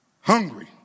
Hungry